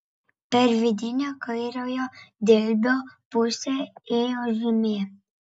per vidinę kairiojo dilbio pusę ėjo žymė